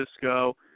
Cisco